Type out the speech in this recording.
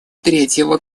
третьего